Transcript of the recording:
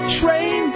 train